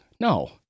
No